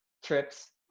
trips